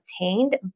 obtained